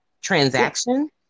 transaction